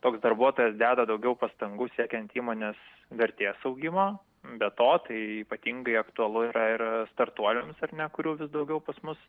toks darbuotojas deda daugiau pastangų siekiant įmonės vertės augimo be to tai ypatingai aktualu yra ir startuoliams ar ne kurių vis daugiau pas mus